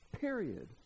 Period